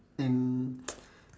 an